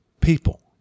People